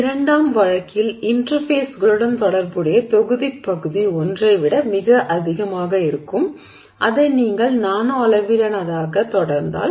இரண்டாம் வழக்கில் இன்டெர்ஃபேஸ்களுடன் தொடர்புடைய தொகுதிப் பகுதி ஒன்றை விட மிக அதிகமாக இருக்கும் இதை நீங்கள் நானோ அளவிலானதாக தொடர்ந்தால்